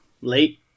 Late